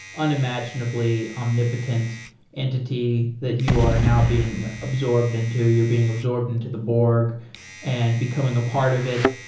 unimaginably omnipotent entity that you are now being absorbed into, you're being absorbed into the borg and becoming a part of it.